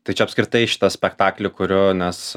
tai čia apskritai šitą spektaklį kuriu nes